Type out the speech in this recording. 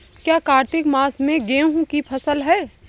क्या कार्तिक मास में गेहु की फ़सल है?